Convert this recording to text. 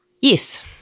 Yes